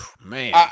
Man